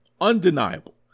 undeniable